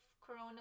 corona